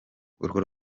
urwo